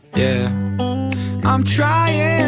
yeah i'm trying